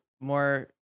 more